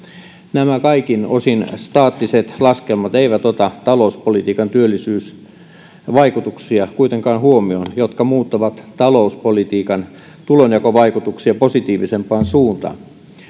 nämä kaikin osin staattiset laskelmat eivät kuitenkaan ota huomioon talouspolitiikan työllisyysvaikutuksia jotka muuttavat talouspolitiikan tulonjakovaikutuksia positiivisempaan suuntaan